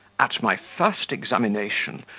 at my first examination,